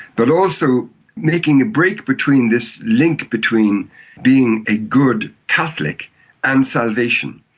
but also making a break between this link between being a good catholic and salvation.